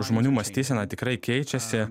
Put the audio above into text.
žmonių mąstysena tikrai keičiasi